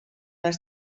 les